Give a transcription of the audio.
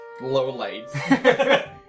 Lowlights